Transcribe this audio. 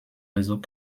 réseaux